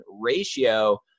ratio